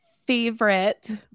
favorite